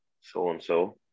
so-and-so